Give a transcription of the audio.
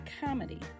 comedy